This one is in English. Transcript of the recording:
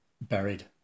buried